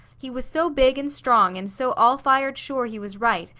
he was so big and strong, and so all-fired sure he was right,